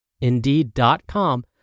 Indeed.com